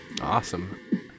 Awesome